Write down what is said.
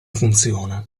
funziona